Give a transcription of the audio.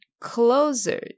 closer